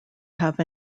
have